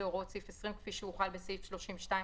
להוראות סעיף 20 כפי שהוחל בסעיף 30(2),